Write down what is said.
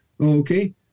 okay